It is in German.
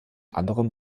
anderen